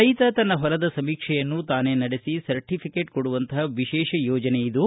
ರೈತ ತನ್ನ ಹೊಲದ ಸಮೀಕ್ಷೆಯನ್ನು ತಾನೇ ನಡೆಸಿ ಸರ್ಟಿಫಿಕೇಟ್ ಕೊಡುವಂಥ ವಿಶೇಷ ಯೋಜನೆಯಿದು